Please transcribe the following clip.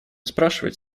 спрашивать